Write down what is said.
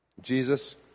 Jesus